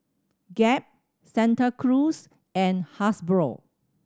Gap Santa Cruz and Hasbro